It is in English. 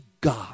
God